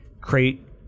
create